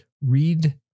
read